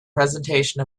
presentation